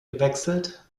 gewechselt